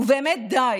ובאמת די.